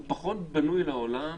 הוא פחות בנוי לעולם